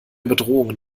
bedrohungen